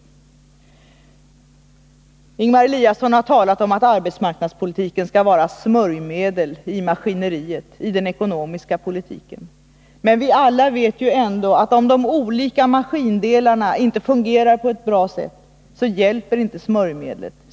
Ingemar Eliasson har talat om att arbetsmarknadspolitiken skall vara ett smörjmedel i den ekonomiska politiken. Men vi vet alla att om de olika maskindelarna inte fungerar på ett bra sätt så hjälper inte smörjmedlet.